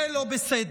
זה לא בסדר.